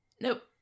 Nope